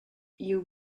you